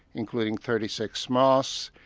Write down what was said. including thirty six mosques,